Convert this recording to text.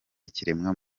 ikiremwa